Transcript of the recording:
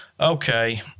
okay